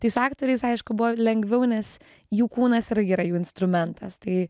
tai su aktoriais aišku buvo lengviau nes jų kūnas irgi yra jų instrumentas tai